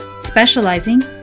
Specializing